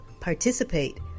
participate